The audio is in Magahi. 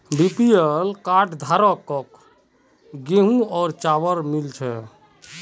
बीपीएल कार्ड धारकों गेहूं और चावल मिल छे